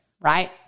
right